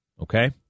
Okay